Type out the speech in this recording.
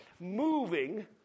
moving